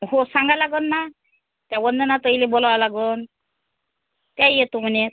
हो सांगायला लागन ना त्या वंदनाताईला बोलवा लागन त्याही येतो म्हणे